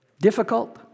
difficult